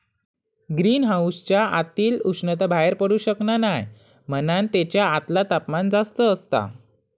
green हाउसच्या आतली उष्णता बाहेर पडू शकना नाय म्हणान तेच्या आतला तापमान जास्त असता